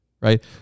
Right